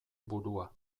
burua